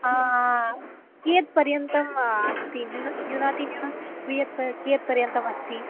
कियत् पर्यन्तम् अस्ति न्यून न्युनातिन्यूनं कियत् प कियत्पर्यन्तम् अस्ति